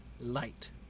Light